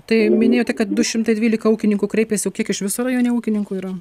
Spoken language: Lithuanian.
tai minėjote kad du šimtai dvylika ūkininkų kreipėsi o kiek iš viso rajone ūkininkų yra